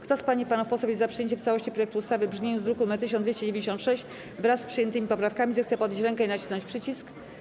Kto z pań i panów posłów jest za przyjęciem w całości projektu ustawy w brzmieniu z druku nr 1296, wraz z przyjętymi poprawkami, zechce podnieść rękę i nacisnąć przycisk.